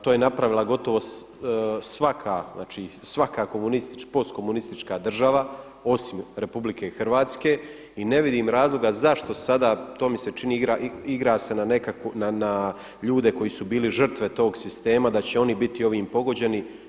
To je napravila gotovo svaka, znači svaka postkomunistička država osim RH i ne vidim razloga zašto sada, to mi se čini igra se na ljude koji su bili žrtve tog sistema da će oni biti ovim pogođeni.